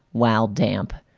while damp.